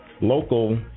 local